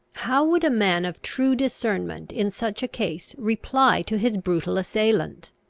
how would a man of true discernment in such a case reply to his brutal assailant?